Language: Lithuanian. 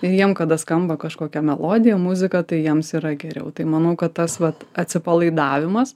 jiem kada skamba kažkokia melodija muzika tai jiems yra geriau tai manau kad tas vat atsipalaidavimas